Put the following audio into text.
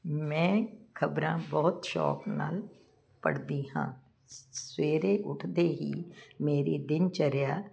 ਮੈਂ ਖਬਰਾਂ ਬਹੁਤ ਸ਼ੌਂਕ ਨਾਲ ਪੜਦੀ ਹਾਂ ਸਵੇਰੇ ਉਠਦੇ ਹੀ ਮੇਰੇ ਦਿਨ ਚਰਿਆ